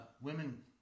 women